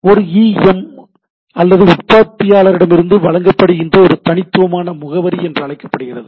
இது ஓஈஎம் அல்லது உற்பத்தியாளரிடமிருந்து வழங்கப்படுகிற ஒரு தனித்துவமான முகவரி என்று அழைக்கப்படுகிறது